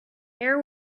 air